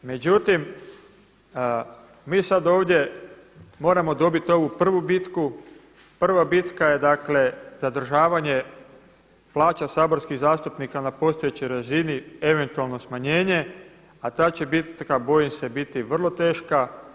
Međutim, mi sad ovdje moramo dobiti ovu prvu bitku, prava bitka je dakle zadržavanje plaća saborskih zastupnika na postojećoj razini eventualno smanjenje a ta će bitka bojim se biti vrlo teška.